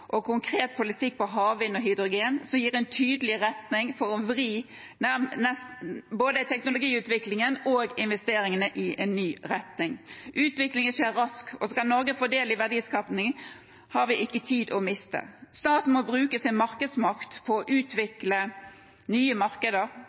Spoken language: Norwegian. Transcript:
og konkret politikk på havvind og hydrogen som gir en tydelig retning for å vri både teknologiutviklingen og investeringene i en ny retning. Utviklingen skjer raskt, og skal Norge få del i verdiskapingen, har vi ingen tid å miste. Staten må bruke sin markedsmakt på å